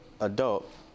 adult